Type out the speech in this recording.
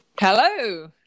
Hello